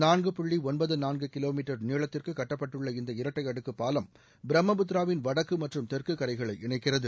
நான்கு புள்ளி ஒன்பது நான்கு கிலோமீட்டர் நீளத்திற்கு கட்டப்பட்டுள்ள இந்த இரட்டை அடுக்கு பாலம் பிரம்மபுத்திராவின் வடக்கு மற்றும் தெற்கு கரைகளை இணைக்கிறது